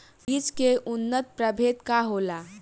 बीज के उन्नत प्रभेद का होला?